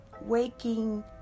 waking